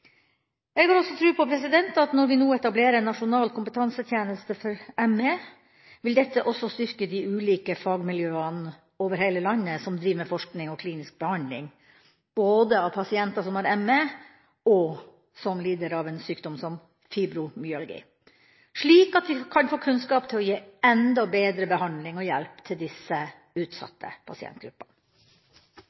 Jeg har også tro på at når vi nå etablerer en nasjonal kompetansetjeneste for ME, vil dette styrke de ulike fagmiljøene over hele landet som driver med forskning og klinisk behandling både av pasienter som har ME, og av pasienter som lider av fibromyalgi, slik at de kan få kunnskap til å gi enda bedre behandling og hjelp til disse utsatte pasientgruppene.